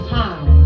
time